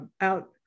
out